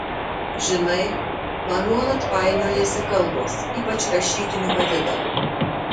žinai man nuolat painiojasi kalbos ypač rašytiniu pavidalu